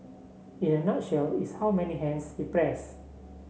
in a nutshell it's how many hands you press